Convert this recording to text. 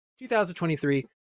2023